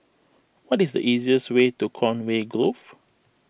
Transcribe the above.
what is the easiest way to Conway Grove